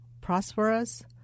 prosperous